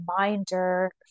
reminder